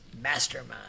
mastermind